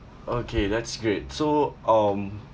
okay that's great so um